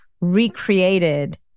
recreated